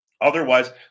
Otherwise